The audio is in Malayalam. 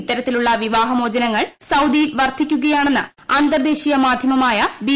ഇത്തരത്തിലുള്ള വിവാഹമോചനങ്ങൾ സൌദിയിൽ വർദ്ധീക്കുകയാണെന്ന് അന്തർദേശീയ മാധ്യമമായ ബി